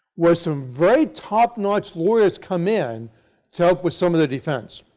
well some very top-notch lawyers come in to help with some of the defense.